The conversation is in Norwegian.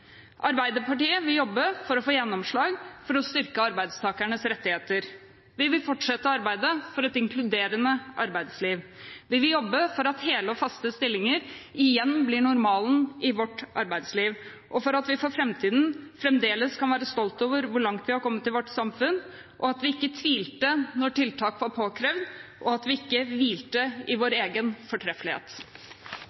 Arbeiderpartiet vil jobbe for å få gjennomslag for å styrke arbeidstakernes rettigheter. Vi vil fortsette arbeidet for et inkluderende arbeidsliv, vi vil jobbe for at hele og faste stillinger igjen blir normalen i vårt arbeidsliv, og for at vi for framtiden fremdeles kan være stolt over hvor langt vi har kommet i vårt samfunn – at vi ikke tvilte når tiltak var påkrevd, og at vi ikke hvilte i vår